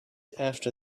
after